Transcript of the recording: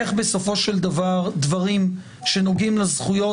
איך בסופו של דבר דברים שנוגעים לזכויות